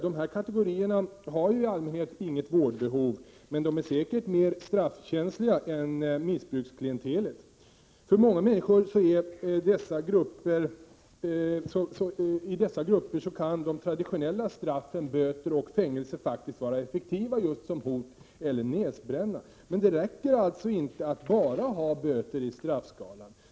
De här kategorierna har i allmänhet inget vårdbehov, men de är säkert mer straffkänsliga än missbruksklientelet. För många människor i dessa grupper kan de traditionella straffen böter och fängelse faktiskt vara effektiva just som hot eller ”näsbränna”. Det räcker alltså inte att bara ha böter i straffskalan.